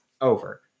over